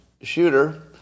shooter